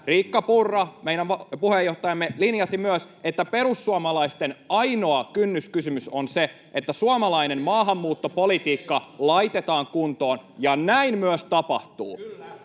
Riikka Purra, meidän puheenjohtajamme, linjasi myös, että perussuomalaisten ainoa kynnyskysymys on se, että suomalainen maahanmuuttopolitiikka laitetaan kuntoon. Ja näin myös tapahtuu.